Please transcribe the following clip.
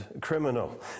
criminal